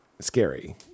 Scary